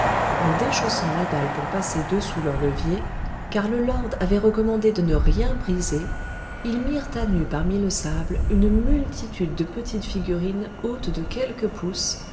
en déchaussant la dalle pour passer dessous leurs leviers car le lord avait recommandé de ne rien briser ils mirent à nu parmi le sable une multitude de petites figurines hautes de quelques pouces